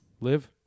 Live